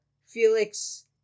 Felix